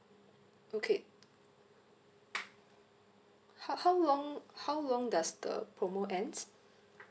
okay how how long how long does the promo ends